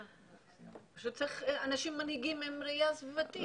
פשוט צריך אנשים מנהיגים עם ראיה סביבתית.